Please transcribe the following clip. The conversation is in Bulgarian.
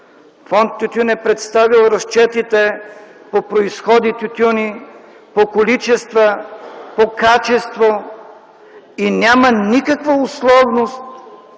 Фонд „Тютюн” е представил разчетите по произходи тютюни, по количество, по качество и няма никаква условност,